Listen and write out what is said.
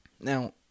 Now